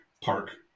Park